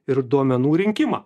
ir duomenų rinkimą